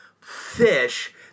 Fish